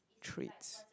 tricks